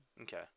Okay